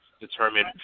determine